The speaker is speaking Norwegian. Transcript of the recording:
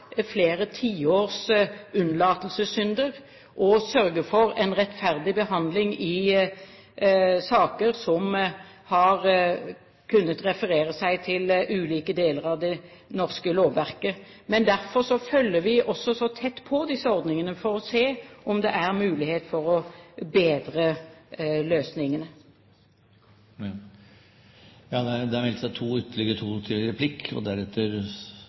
flere tiår med unnlatelsessynder og sørge for en rettferdig behandling i saker som har kunnet referere seg til ulike deler av det norske lovverket. Derfor følger vi så tett opp disse ordningene, for å se om det er mulighet for å bedre løsningene. Mitt spørsmål går litt i samme retning. Det er bra at